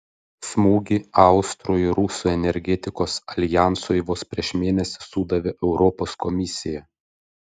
smūgį austrų ir rusų energetikos aljansui vos prieš mėnesį sudavė europos komisija